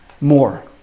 more